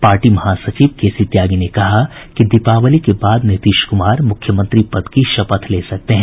party महासचिव K C Tyagi ने कहा कि दीपावली के बाद नीतीश कुमार मुख्यमंत्री पद की शपथ ले सकते हैं